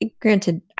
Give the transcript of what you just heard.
granted